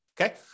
okay